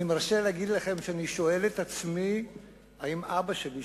אני מרשה לעצמי להגיד לכם שאני שואל את עצמי האם אבא שלי,